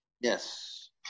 Yes